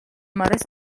mares